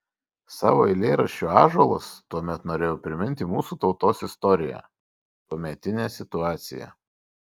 savo eilėraščiu ąžuolas tuomet norėjau priminti mūsų tautos istoriją tuometinę situaciją